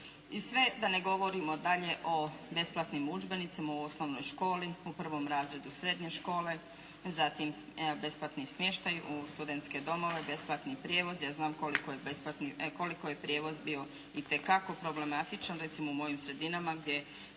I sve da ne govorimo dalje o besplatnim udžbenicima u osnovnoj školu, u prvom razredu srednje škole, zatim besplatni smještaj u studentske domove, besplatni prijevoz. Ja znam koliko je prijevoz bio itekako problematičan, recimo u mojim sredinama gdje